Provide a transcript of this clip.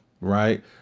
right